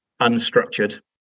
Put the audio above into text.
unstructured